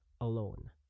alone